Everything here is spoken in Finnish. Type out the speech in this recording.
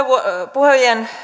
puhujien